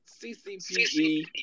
CCPE